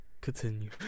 Continue